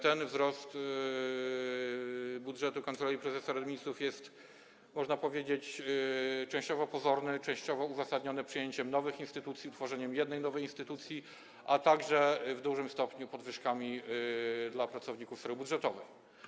Ten wzrost budżetu Kancelarii Prezesa Rady Ministrów jest, można powiedzieć, częściowo pozorny, częściowo uzasadniony przyjęciem nowych instytucji, utworzeniem jednej nowej instytucji, a także w dużym stopniu podwyżkami dla pracowników sfery budżetowej.